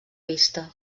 vista